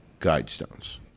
Guidestones